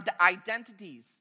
identities